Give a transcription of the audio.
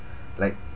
like